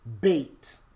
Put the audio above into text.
bait